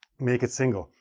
make it single.